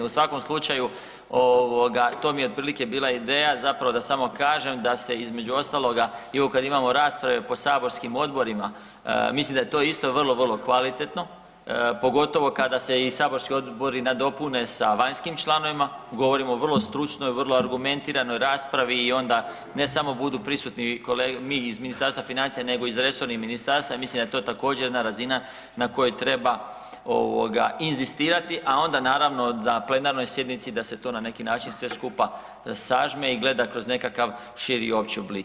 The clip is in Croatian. U svakom slučaju ovoga to mi je otprilike bila ideja zapravo da samo kažem da se između ostaloga i ovo kad imamo rasprave po saborskim odborima, mislim da je to isto vrlo, vrlo kvalitetno, pogotovo kada se i saborski odbori nadopune sa vanjskim članovima, govorim o vrlo stručnoj, vrlo argumentiranoj raspravi i onda ne samo budu prisutni kolege, mi iz Ministarstva financija nego i iz resornih ministarstava i mislim da je to također jedna razina na kojoj treba ovoga inzistirati, a onda naravno na plenarnoj sjednici da se to na neki način sažme i gleda kroz nekakav širi i opći oblik.